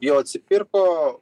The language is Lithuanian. jau atsipirko